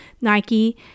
Nike